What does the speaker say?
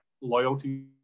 loyalty